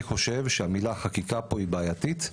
לדעתי, המילה חקיקה היא בעייתית.